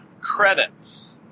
credits